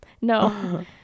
No